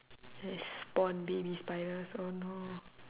it's spawn baby spiders oh no